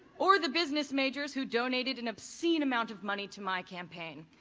or the business majors who donated an obscene amount of money to my campaign.